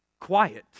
quiet